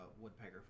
Woodpecker